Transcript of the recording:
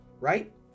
right